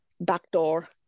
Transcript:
backdoor